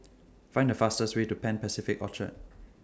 Find The fastest Way to Pan Pacific Orchard